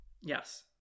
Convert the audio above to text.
Yes